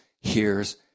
hears